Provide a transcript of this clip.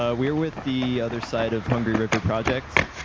ah we're with the other side of hungary river projects.